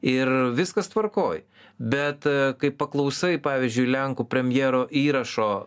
ir viskas tvarkoj bet kai paklausai pavyzdžiui lenkų premjero įrašo